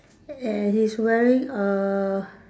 and he's wearing a